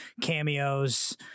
cameos